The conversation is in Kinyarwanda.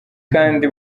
kandi